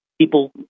People